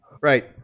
right